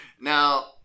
Now